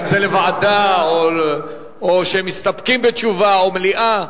לוועדה, או שמסתפקים בתשובה, או מליאה?